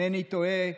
אם אינני טועה,